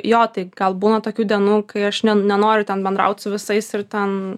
jo tai gal būna tokių dienų kai aš ne nenoriu ten bendraut su visais ir ten